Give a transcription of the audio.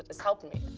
its helped me.